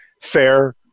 fair